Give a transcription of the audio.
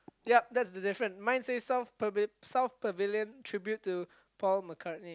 yup that's the different mine say South Pavilion Tribute to Paul McCartney